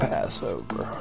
Passover